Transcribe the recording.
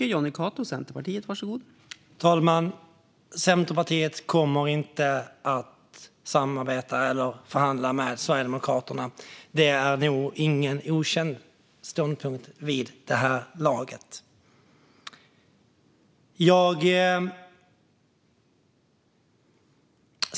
Fru talman! Centerpartiet kommer inte att samarbeta eller förhandla med Sverigedemokraterna. Det är nog ingen okänd ståndpunkt vid det här laget.